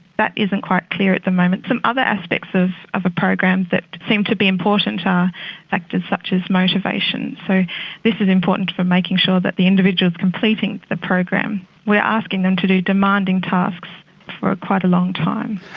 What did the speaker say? that isn't quite clear at the moment. some other aspects of a program that seem to be important are factors such as motivation. so this is important for making sure that the individuals are completing the program, we are asking them to do demanding tasks for quite a long time.